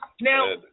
Now